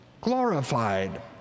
glorified